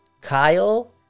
Kyle